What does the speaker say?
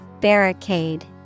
Barricade